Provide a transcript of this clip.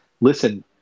listen